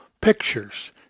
pictures